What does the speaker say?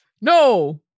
No